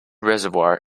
reservoir